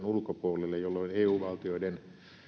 ulkopuolelle jolloin eu valtioiden